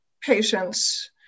patients